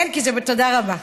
כן, תודה רבה.